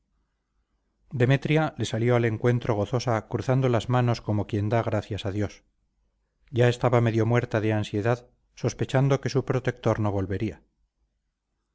demetria le salió al encuentro gozosa cruzando las manos como quien da gracias a dios ya estaba medio muerta de ansiedad sospechando que su protector no volvería